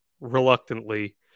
reluctantly